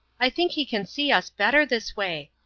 i think he can see us better this way.